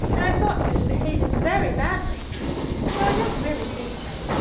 and i thought he was behaving very badly though i don't really think so,